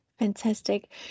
Fantastic